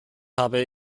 habe